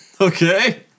okay